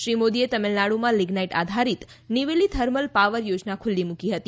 શ્રી મોદીએ તમિલનાડમાં લિઝ્નાઈટ આધારીત નિવેલી થર્મલ પાવર યોજના ખુલ્લી મૂકી હતી